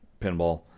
Pinball